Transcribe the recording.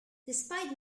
despite